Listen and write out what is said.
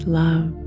love